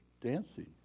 dancing